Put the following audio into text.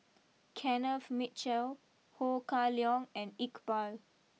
Kenneth Mitchell Ho Kah Leong and Iqbal